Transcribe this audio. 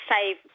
save